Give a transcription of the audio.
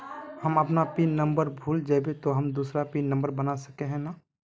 हम अपन pin number भूल जयबे ते हम दूसरा पिन नंबर बना सके है नय?